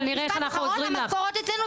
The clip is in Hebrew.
בזמן האחרון המשכורות אצלנו,